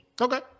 Okay